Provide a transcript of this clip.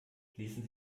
ließen